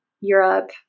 Europe